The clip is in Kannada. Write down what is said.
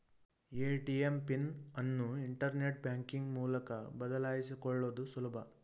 ಎ.ಟಿ.ಎಂ ಪಿನ್ ಅನ್ನು ಇಂಟರ್ನೆಟ್ ಬ್ಯಾಂಕಿಂಗ್ ಮೂಲಕ ಬದಲಾಯಿಸಿಕೊಳ್ಳುದು ಸುಲಭ